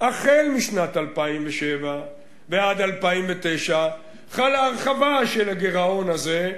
משנת 2007 ועד 2009 חלה הרחבה של הגירעון הזה.